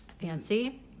Fancy